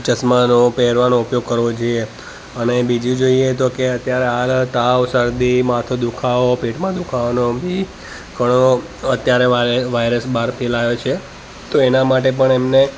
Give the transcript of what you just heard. ચશ્માનો પહેરવાનો ઉપયોગ કરવો જોઈએ અને બીજું જોઈએ તો કહે અત્યારે હાલ તાવ શરદી માથું દુઃખાવો પેટમાં દુઃખાવાનો બી ઘણો અત્યારે વાયરલ વાયરસ બહાર ફેલાયો છે તો એના માટે પણ એમને